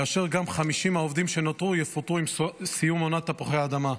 וגם 50 העובדים שנותרו יפוטרו עם סיום עונת תפוחי האדמה.